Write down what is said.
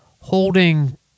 holding